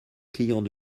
clients